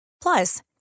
Plus